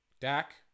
Dak